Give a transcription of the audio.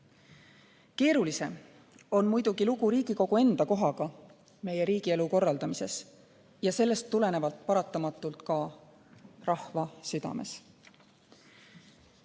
muuta. Keerulisem on muidugi lugu Riigikogu enda kohaga meie riigielu korraldamises ja sellest tulenevalt paratamatult ka rahva südames.